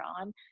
on